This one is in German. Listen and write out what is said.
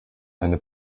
eine